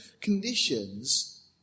conditions